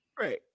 Right